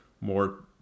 more